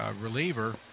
reliever